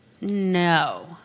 No